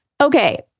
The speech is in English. Okay